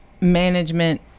management